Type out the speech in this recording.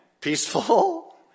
peaceful